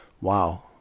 wow